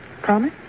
Promise